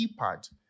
keypad